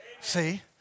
See